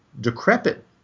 decrepit